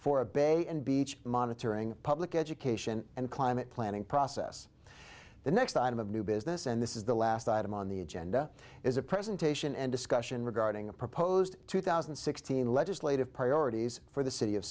for a bay and beach monitoring public education and climate planning process the next item of new business and this is the last item on the agenda is a presentation and discussion regarding the proposed two thousand and sixteen legislative priorities for the city of